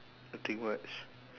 nothing much